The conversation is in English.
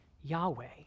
Yahweh